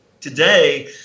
Today